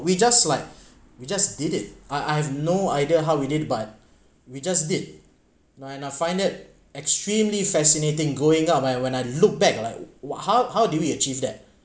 we just like we just did it I I have no idea how we did but we just did I I find that extremely fascinating going up when when I look back like what how how did we achieve that